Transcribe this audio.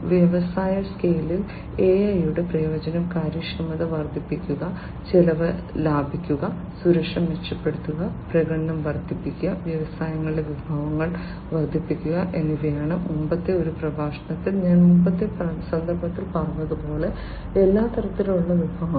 വ്യവസായ സ്കെയിലിൽ AI യുടെ പ്രയോജനം കാര്യക്ഷമത വർദ്ധിപ്പിക്കുക ചെലവ് ലാഭിക്കുക സുരക്ഷ മെച്ചപ്പെടുത്തുക പ്രകടനം വർദ്ധിപ്പിക്കുക വ്യവസായങ്ങളിലെ വിഭവങ്ങൾ വർദ്ധിപ്പിക്കുക എന്നിവയാണ് മുമ്പത്തെ ഒരു പ്രഭാഷണത്തിൽ ഞാൻ മുമ്പത്തെ സന്ദർഭത്തിൽ പറഞ്ഞതുപോലെ എല്ലാ തരത്തിലുമുള്ള വിഭവങ്ങൾ